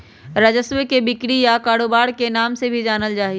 राजस्व के बिक्री या कारोबार के नाम से भी जानल जा हई